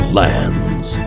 lands